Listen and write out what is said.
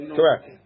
correct